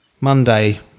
Monday